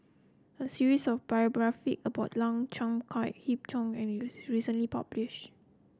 a series of biography about Lau Chiap Khai Yip Cheong recently published